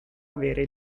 avere